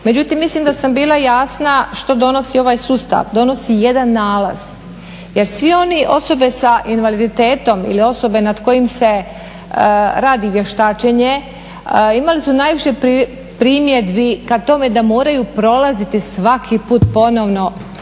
Međutim mislim da sam bila jasna što donosi ovaj sustav, donosi jedan nalaz jer sve one osobe sa invaliditetom ili osobe nad kojima se radi vještačenje imali su najviše primjedbi ka tome da moraju prolaziti svaki put ponovno